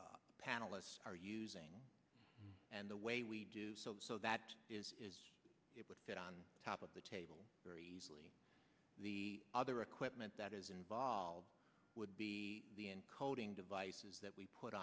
panelists are using and the way we do so that it would fit on top of the table very easily the other equipment that is involved would be the encoding devices that we put